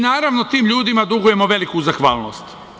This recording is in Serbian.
Naravno, tim ljudima dugujemo veliku zahvalnost.